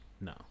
No